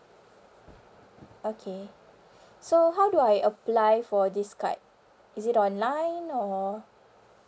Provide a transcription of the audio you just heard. okay so how do I apply for this card is it online or